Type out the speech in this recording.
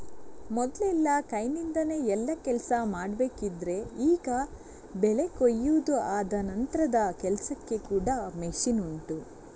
ಮೊದಲೆಲ್ಲ ಕೈನಿಂದಾನೆ ಎಲ್ಲಾ ಕೆಲ್ಸ ಮಾಡ್ಬೇಕಿದ್ರೆ ಈಗ ಬೆಳೆ ಕೊಯಿದು ಆದ ನಂತ್ರದ ಕೆಲ್ಸಕ್ಕೆ ಕೂಡಾ ಮಷೀನ್ ಉಂಟು